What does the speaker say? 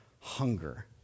hunger